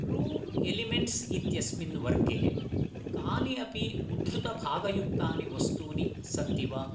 true elements इत्यस्मिन् वर्गे कानि अपि उद्धृतभागयुक्तानि वस्तूनि सन्ति वा